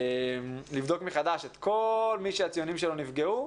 לבדוק מחדש את כל מי שהציונים שלו נפגעו,